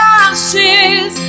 ashes